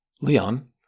Leon